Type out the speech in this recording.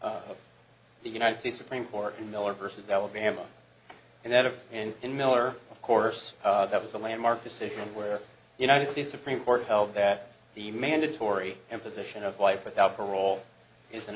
the united states supreme court in miller versus alabama and that of and in miller of course that was a landmark decision where the united states supreme court held that the mandatory imposition of life without parole is